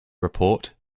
report